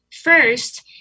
first